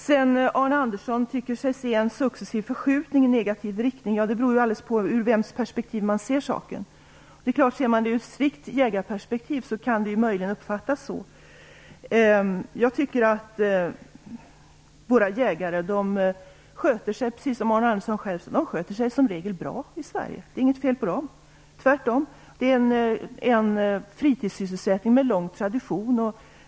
Arne Andersson tycker sig se en successiv förskjutning i negativ riktning. Det beror alldeles på ur vems perspektiv man ser saken. Ser man det i strikt jägarperspektiv kan det möjligen uppfattas så. Jag tycker att våra jägare sköter sig, precis som Arne Andersson sade, som regel bra i Sverige. Det är inget fel på dem. Tvärtom är det en fritidssysselsättning med en lång tradition.